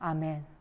Amen